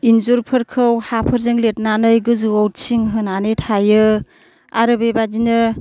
इनजुरफोरखौ हाफोरजों लिरनानै गोजौयाव थिं होनानै थायो आरो बेबायदिनो